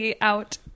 out